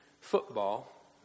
football